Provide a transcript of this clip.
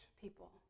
people